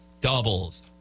doubles